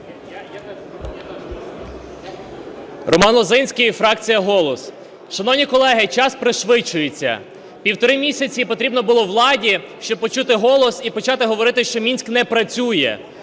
Роман Лозинський, фракція "Голос". Шановні колеги, час пришвидшується. Півтори місяці потрібно було владі, щоб почути "Голос" і почати говорити, що Мінськ не працює.